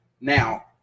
Now